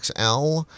XL